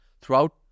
throughout